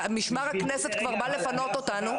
משמר הכנסת כבר בא לפנות אותנו.